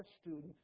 student